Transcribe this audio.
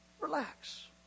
Relax